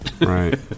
Right